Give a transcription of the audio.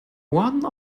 one